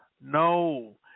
No